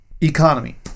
economy